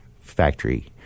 factory